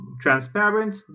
transparent